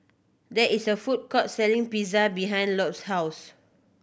there is a food court selling Pizza behind Lott's house